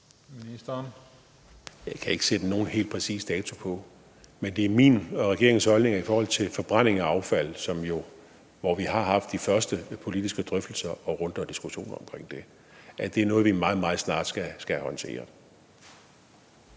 jeg ikke sætte nogen helt præcis dato på, men det er min og regeringens holdning, at i forhold til forbrænding af affald, hvor vi har haft de første politiske drøftelser og runder og diskussioner, er det noget, vi meget, meget snart skal håndtere.